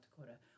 Dakota